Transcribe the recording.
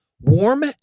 warm